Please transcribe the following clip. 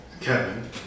Kevin